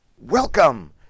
welcome